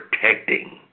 protecting